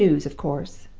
no news, of course,